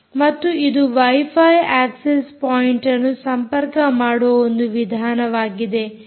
ಮತ್ತು ಇದು wifi access ಪಾಯಿಂಟ್ಅನ್ನು ಸಂಪರ್ಕ ಮಾಡುವ ಒಂದು ವಿಧಾನವಾಗಿದೆ